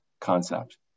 concept